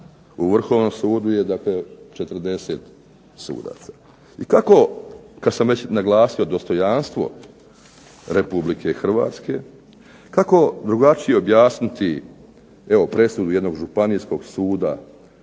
U Vrhovnom sudu je dakle 40 sudaca. I kako, kad sam već naglasio dostojanstvo RH, kako drugačije objasniti evo presudu jednog županijskog suda